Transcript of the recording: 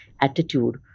attitude